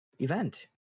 Event